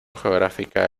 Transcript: geográfica